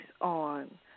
on